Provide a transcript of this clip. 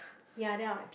ya then I'll